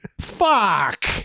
Fuck